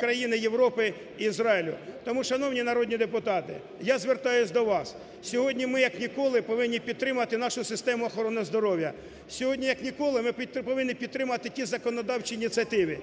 країн Європи і Ізраїлю. Тому, шановні народні депутати, я звертаюсь до вас, сьогодні ми, як ніколи, повинні підтримати нашу систему охорони здоров'я, сьогодні, як ніколи, ми повинні підтримати ті законодавчі ініціативи.